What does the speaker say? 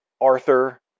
Arthur